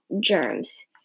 germs